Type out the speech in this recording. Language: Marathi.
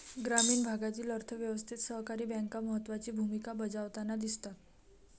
ग्रामीण भागातील अर्थ व्यवस्थेत सहकारी बँका महत्त्वाची भूमिका बजावताना दिसतात